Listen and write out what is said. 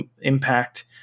impact